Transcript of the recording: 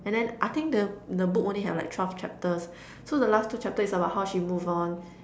and then I think the the book only had like twelve chapters so the last two chapters is about how she moved on